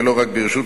ולא רק ברשות,